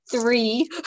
three